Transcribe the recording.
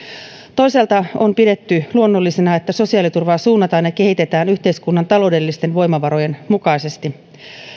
toisaalta on pidetty luonnollisena että sosiaaliturvaa suunnataan ja kehitetään yhteiskunnan taloudellisten voimavarojen mukaisesti